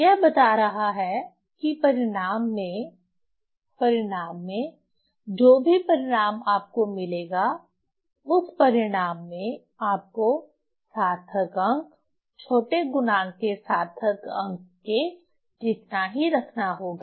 यह बता रहा है कि परिणाम में परिणाम में जो भी परिणाम आपको मिलेगा उस परिणाम में आपको सार्थक अंक छोटे गुणांक के सार्थक अंक के जितना ही रखना होगा